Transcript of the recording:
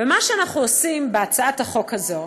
ומה שאנחנו עושים בהצעת החוק הזו,